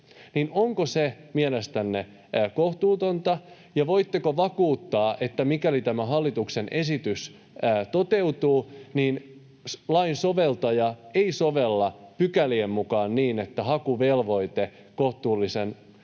Onko se mielestänne kohtuutonta, ja voitteko vakuuttaa, että mikäli tämä hallituksen esitys toteutuu, niin lain soveltaja ei sovella pykälien mukaan niin, että hakuvelvoite asumisnormin